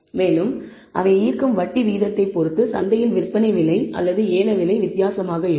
மேலும் அவை ஈர்க்கும் வட்டி வீதத்தைப் பொறுத்து சந்தையில் விற்பனை விலை அல்லது ஏல விலை வித்தியாசமாக இருக்கும்